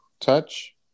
touch